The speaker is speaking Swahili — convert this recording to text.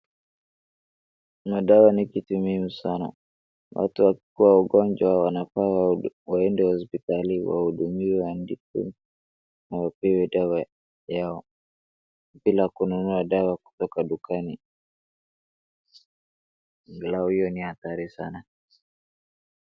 Madawa ni kitu muhimu sana. Watu wakiwa wagonjwa wanafaa waende hospitalini ili wahudumiwe ndipo wapewe dawa yao ila kununua dawa kutoka dukani ni hatari sana.